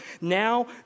now